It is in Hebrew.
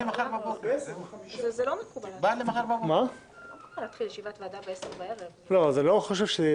זה לא מקובל להתחיל ישיבת ועדה ב-22:00 או ב-21:00.